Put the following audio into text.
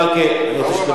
עליכם.